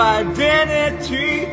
identity